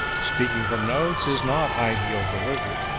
speaking from notes is not ideal delivery,